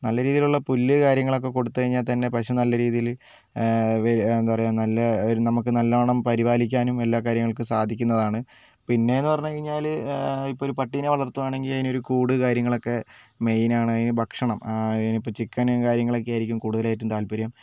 നല്ല രീതിയിലുള്ള പുല്ല് കാര്യങ്ങളൊക്കെ കൊടുത്തുകഴിഞ്ഞാൽ തന്നെ പശു നല്ല രീതിയിൽ വേ എന്താണ് പറയുക നല്ല ഒരു നമുക്ക് നല്ലവണ്ണം പരിപാലിക്കാനും എല്ലാ കാര്യങ്ങൾക്കും സാധിക്കുന്നതാണ് പിന്നെയെന്ന് പറഞ്ഞുകഴിഞ്ഞാൽ ഇപ്പോൾ ഒരു പട്ടീനെ വളർത്തുവാണെങ്കിൽ അതിനൊരു കൂട് കാര്യങ്ങളൊക്കെ മെയിൻ ആണ് അതിന് ഭക്ഷണം അതിനിപ്പോൾ ചിക്കനും കാര്യങ്ങളും ഒക്കെയായിരിക്കും കൂടുതലായിട്ടും താല്പര്യം